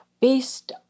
based